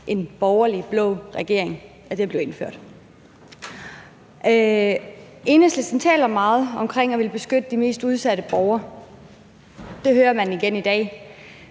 en borgerlig blå regering, at det blev indført. Enhedslisten taler meget om at ville beskytte de mest udsatte borgere – det hører man igen i dag